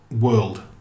world